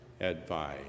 advice